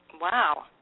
Wow